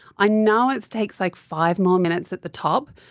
i know it takes like five more minutes at the top,